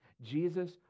Jesus